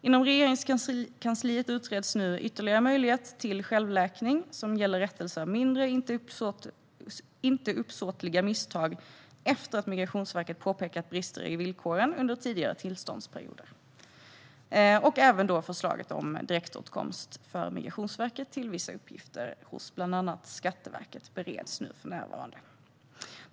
Inom Regeringskansliet utreds nu ytterligare en möjlighet till självläkning, som gäller rättelse av mindre, inte uppsåtliga misstag efter att Migrationsverket påpekat brister i villkoren under tidigare tillståndsperioder. Även förslaget om direktåtkomst för Migrationsverket till vissa uppgifter hos bland annat Skatteverket bereds för närvarande.